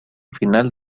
final